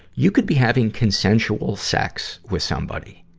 you could be having consensual sex with somebody,